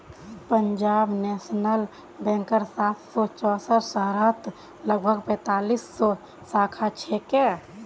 Punjab national बैंकेर सात सौ चौसठ शहरत लगभग पैंतालीस सौ शाखा छेक